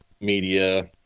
media